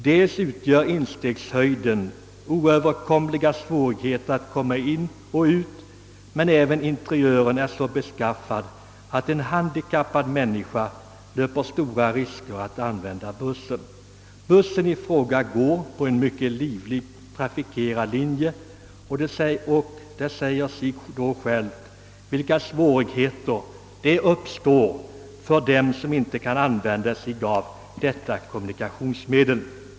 Dels bereder instegshöjden nästan oöverkomliga svårigheter för dem att ta sig in i bussarna och dels är interiören så beskaffad att en handikappad människa löper stora risker vid en färd med dessa bussar. Eftersom bussarna går på en mycket livligt trafikerad linje, säger det sig också självt vilka komplikationer som uppstår för de handikappade som inte kan använda dem.